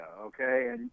okay